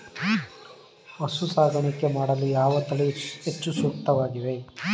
ಹಸು ಸಾಕಾಣಿಕೆ ಮಾಡಲು ಯಾವ ತಳಿ ಹೆಚ್ಚು ಸೂಕ್ತವಾಗಿವೆ?